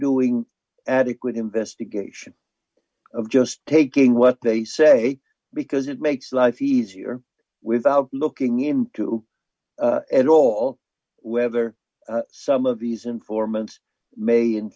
doing adequate investigation of just taking what they say because it makes life easier without looking into at all whether some of these informants may in